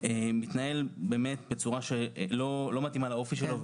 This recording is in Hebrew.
מתנהל בצורה שלא מתאימה לאופי שלו,